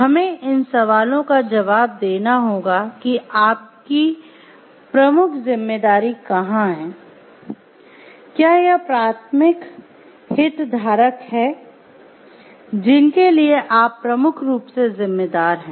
हमें इन सवालों का जवाब देना होगा कि आपकी प्रमुख जिम्मेदारी कहां है क्या यह प्राथमिक हितधारक हैं जिनके लिए आप प्रमुख रूप से जिम्मेदार हैं